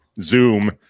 Zoom